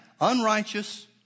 unrighteous